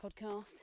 podcast